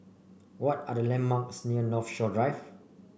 what are the landmarks near Northshore Drive